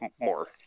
more